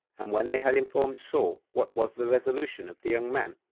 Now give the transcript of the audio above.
and when they had informed saul what was the resolution of the young man,